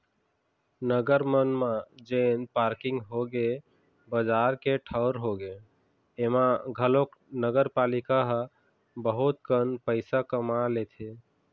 नगर मन म जेन पारकिंग होगे, बजार के ठऊर होगे, ऐमा घलोक नगरपालिका ह बहुत कन पइसा कमा लेथे